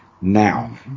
now